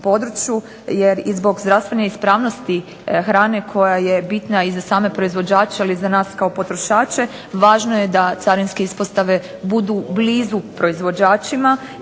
jer i zbog zdravstvene ispravnosti hrane koja je bitna i za same proizvođače, ali i za nas kao potrošače važn je da carinske ispostave budu blizu proizvođačima